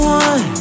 one